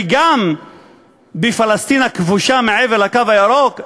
וגם בפלסטין הכבושה מעבר לקו הירוק,